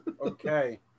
Okay